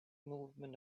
movement